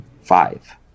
Five